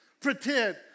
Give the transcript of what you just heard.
Pretend